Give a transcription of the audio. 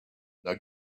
now